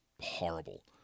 horrible